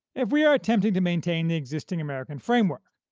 if we are attempting to maintain the existing american framework,